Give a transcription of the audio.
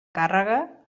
càrrega